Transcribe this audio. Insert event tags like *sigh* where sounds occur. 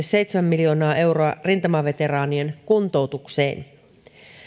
*unintelligible* seitsemän miljoonaa euroa rintamaveteraanien kuntoutukseen